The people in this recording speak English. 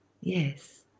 yes